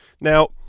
Now